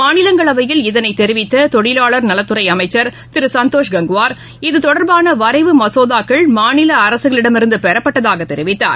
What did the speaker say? மாநிலங்களவையில் இதனைதெரிவித்ததொழிலாளர் நலத்துறைஅமைச்சர் திருசந்தோஷ் கங்குவார் இதுதொடர்பானவரைவு மசோதாக்கள் மாநிலஅரசுகளிடமிருந்துபெறப்பட்டதாகதெரிவித்தார்